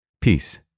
Peace